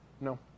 No